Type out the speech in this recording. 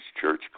church